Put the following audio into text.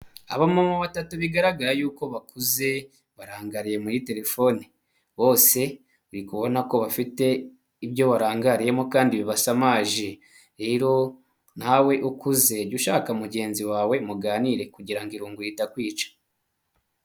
Abamama batatu bigaraga yuko bakuze, barangariye muri telefoni, bose urikubona ko bafite ibyo barangariyemo kandi bibasamaje, rero nawe ukuze jya ushaka mugenzi wawe muganire kugira ngo irungu ritakwica.